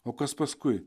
o kas paskui